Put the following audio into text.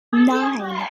nine